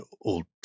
old